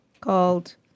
called